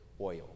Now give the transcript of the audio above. oil